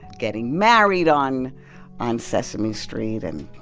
getting married on on sesame street and.